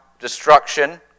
destruction